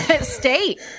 State